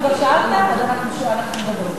אז כך,